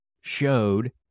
showed